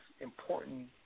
important